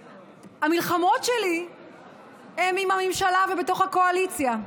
שהמלחמות שלי הן עם הממשלה ובתוך הקואליציה.